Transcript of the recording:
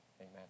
amen